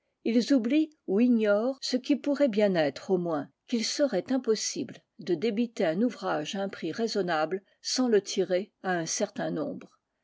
ils oublient ou ignorent ce qui pourrait bien être au moins qu'il serait impossible de débiter un ouvrage à un prix raisonnable sans le tirer à un certain nombre